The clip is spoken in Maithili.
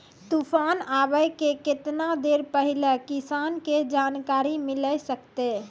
तूफान आबय के केतना देर पहिले किसान के जानकारी मिले सकते?